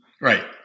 Right